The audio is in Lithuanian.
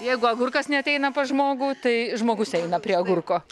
jeigu agurkas neateina pas žmogų tai žmogus eina prie agurko